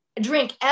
drink